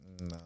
No